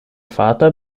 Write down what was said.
vater